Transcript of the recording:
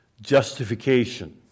justification